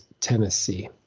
Tennessee